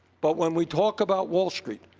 but when we talk about wall street,